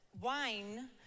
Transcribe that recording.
wine